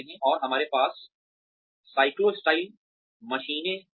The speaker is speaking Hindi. और हमारे पास साइक्लोस्टाइल मशीनें थीं